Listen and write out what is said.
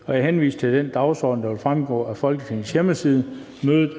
Jeg henviser til den dagsorden, der vil fremgå af Folketingets hjemmeside. Mødet